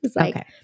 Okay